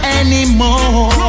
anymore